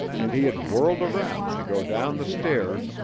and he had whirled around to go down the stairs,